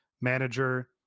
manager